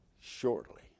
shortly